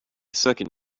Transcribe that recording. second